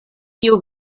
kiu